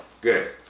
Good